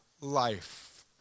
life